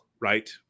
right